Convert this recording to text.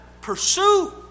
pursue